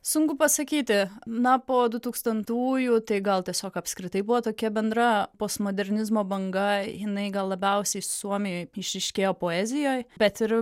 sunku pasakyti na po du tūkstantųjų tai gal tiesiog apskritai buvo tokia bendra postmodernizmo banga jinai gal labiausiai suomijoj išryškėjo poezijoj bet ir